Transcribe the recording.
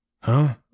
Huh